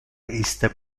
iste